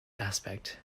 aspect